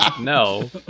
No